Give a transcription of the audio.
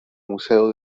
museo